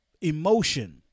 emotion